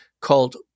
called